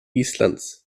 islands